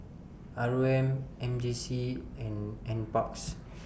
R O M M J C and NParks